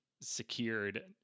secured